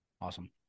Awesome